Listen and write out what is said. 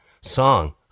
song